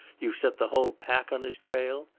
you've set the whole pack on his trail.